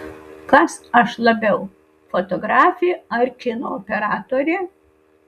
kas aš labiau fotografė ar kino operatorė